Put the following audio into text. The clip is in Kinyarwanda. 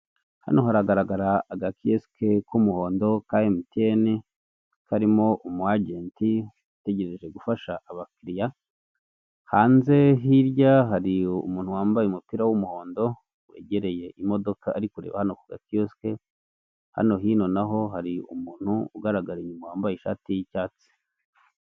Hano haragaragara agakiyosike k'umuhondo ka MTN, karimo umwajenti utegereje gufasha abakiriya, hanze hirya hari umuntu wambaye umupira w'umuhondo wegereye imodoka ari kureba hano ku gakiyosike, hano hino na ho hari umuntu ugaragara inyuma, wambaye ishati y'icyatsi.